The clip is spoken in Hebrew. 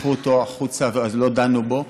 משכו אותו, אז לא דנו בו.